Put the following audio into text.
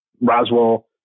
Roswell